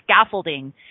scaffolding